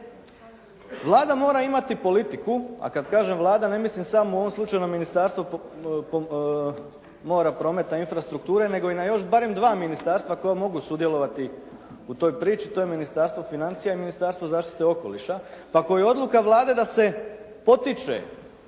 Vlada mora imati politiku, a kad kažem Vlada ne mislim samo u ovom slučaju na Ministarstvo mora, prometa i infrastrukture nego i na još barem dva ministarstva koja mogu sudjelovati u toj priči a to je Ministarstvo financija i Ministarstvo zaštite okoliša. Pa ako je odluka Vlade da se potiče